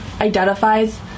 identifies